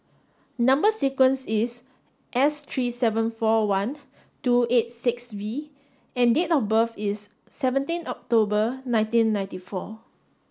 number sequence is S three seven four one two eight six V and date of birth is seventeen October nineteen ninety four